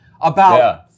about-